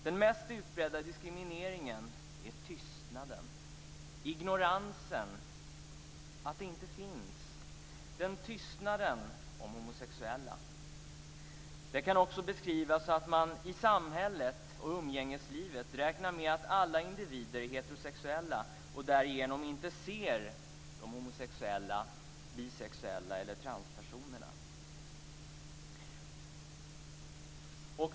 Den mest utbredda diskrimineringen är tystnaden, ignoransen, att det här inte finns - den tystnaden om homosexuella. Det kan också beskrivas som att man i samhället och umgängeslivet räknar med att alla individer är heterosexuella och därigenom inte ser de homosexuella, de bisexuella eller transpersonerna.